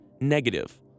negative